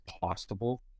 possible